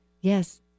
yes